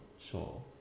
sure